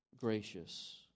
gracious